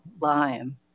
lime